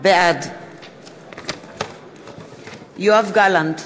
בעד יואב גלנט,